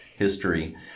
history